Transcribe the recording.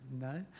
no